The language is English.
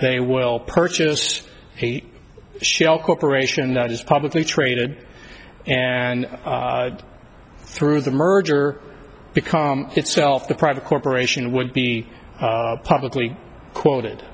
they will purchase a shell corporation that is publicly traded and through the merger or become itself the private corporation would be publicly quoted